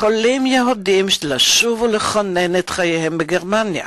יהודים יכולים לשוב ולכונן את חייהם בגרמניה.